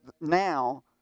now